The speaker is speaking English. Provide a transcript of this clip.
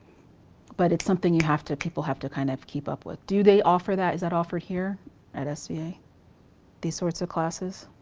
but it's something you have to, people have to kind of keep up with. do they offer that? is that offered here at sva these sorts of classes?